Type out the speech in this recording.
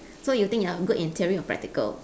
so you think you are good in theory or practical